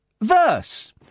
verse